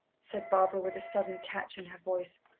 said barbara with a sudden catch in her voice.